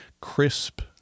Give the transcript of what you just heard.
crisp